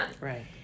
Right